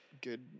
good